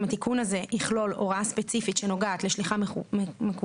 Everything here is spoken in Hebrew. אם התיקון הזה יכלול הוראה ספציפית שנוגעת לשליחה מקוונת,